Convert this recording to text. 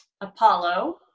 Apollo